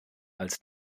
als